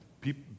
people